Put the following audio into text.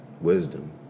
wisdom